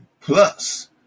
plus